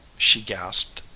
she gasped.